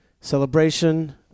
celebration